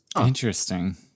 Interesting